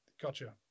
gotcha